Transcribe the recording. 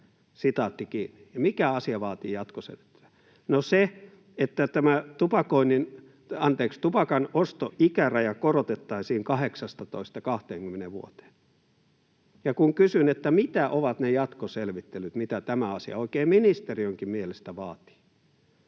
jatkoselvittelyjä.” Mikä asia vaatii jatkoselvittelyjä? No se, että tämä tupakan ostoikäraja korotettaisiin 18:sta 20 vuoteen. Ja kun kysyin, mitä ovat ne jatkoselvittelyt, mitä tämä asia oikein ministeriönkin mielestä vaatii,